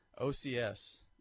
OCS